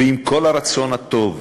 ועם כל הרצון הטוב,